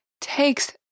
takes